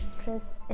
stress